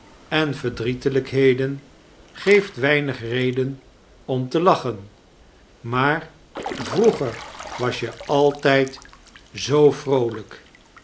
en verdirietelijkheden geeft weinig reden om te lachen maar vroeger was je altijd zoo vroolijk